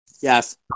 Yes